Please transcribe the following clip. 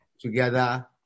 together